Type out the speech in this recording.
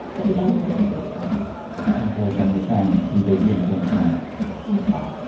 but the anger is very real npr's emily feng in beijing thanks so much thanks, scott